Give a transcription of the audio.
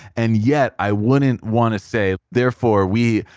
and yet i wouldn't want to say therefore we